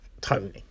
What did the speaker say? Tony